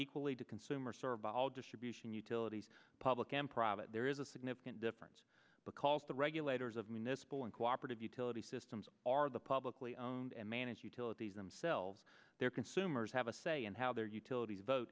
equally to consumer survey distribution utilities public and private there is a significant difference because the regulators of municipal and cooperative utility systems are the publicly owned and managed utilities themselves their consumers have a say in how their utilities vote